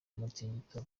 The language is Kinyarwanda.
umutingito